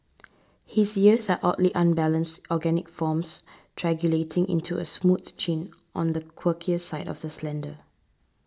his ears are oddly unbalanced organic forms triangulating into a smooth chin on the quirkier side of the slender